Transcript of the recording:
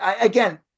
again